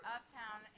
Uptown